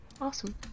awesome